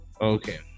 okay